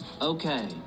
Okay